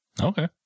Okay